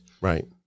Right